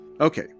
Okay